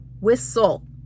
whistle